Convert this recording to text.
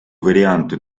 варианты